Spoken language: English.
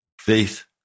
faith